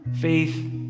faith